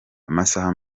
amasaha